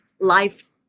life